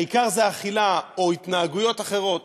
העיקר זה אכילה או התנהגויות אחרות?